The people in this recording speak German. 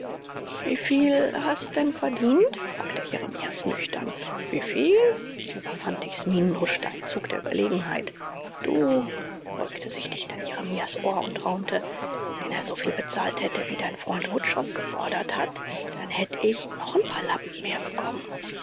wieviel hast denn verdient fragte jeremias nüchtern wieviel über fantigs mienen huschte ein zug der überlegenheit du er beugte sich dicht an jeremias ohr und raunte wenn er so viel bezahlt hätte wie dein freund wutschow gefordert hat dann hätt ich noch n paar lappen mehr bekommen